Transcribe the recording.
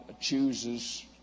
chooses